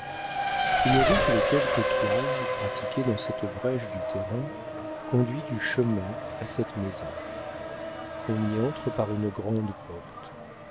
une route de quelques toises pratiquée dans cette brèche du terrain conduit du chemin à cette maison on y entre par une grande porte